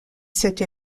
cette